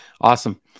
Awesome